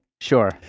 Sure